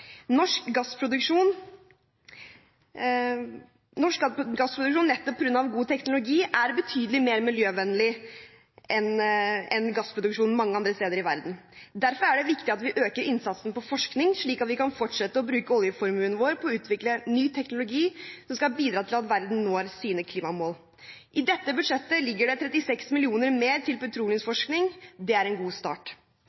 Norsk gassproduksjon, nettopp på grunn av god teknologi, er betydelig mer miljøvennlig enn gassproduksjon mange andre steder i verden. Derfor er det viktig at vi øker innsatsen på forskning, slik at vi kan fortsette å bruke oljeformuen vår på å utvikle ny teknologi som skal bidra til at verden når sine klimamål. I dette budsjettet ligger det 36 mill. kr mer til